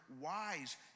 wise